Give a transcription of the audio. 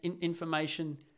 information